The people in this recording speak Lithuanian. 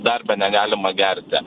darbe negalima gerti